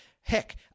heck